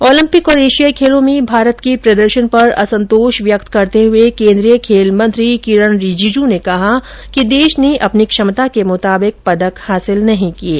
Olympic और एशियाई खेलों में भारत के प्रदर्शन पर असंतोष व्यक्त करते हुए केन्द्रीय खेल मंत्री किरण रिजिजू ने कहा है कि देश ने अपनी क्षमता के मुताबिक पदक हासिल नहीं किये